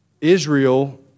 Israel